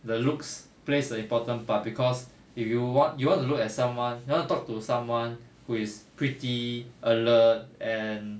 the looks place the important part cause if you want you want to look at someone you want talk to someone who is pretty alert and